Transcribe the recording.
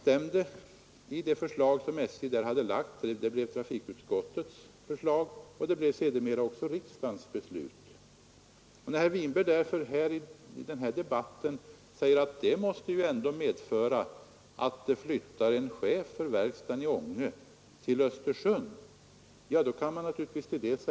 Trafikutskottet tillstyrkte förslaget, och det blev sedermera också riksdagens beslut. Herr Winberg säger nu att det måste medföra att chefen för verkstaden i Ånge flyttar till Östersund.